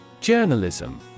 Journalism